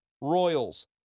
Royals